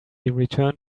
returned